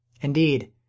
Indeed